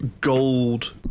gold